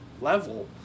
level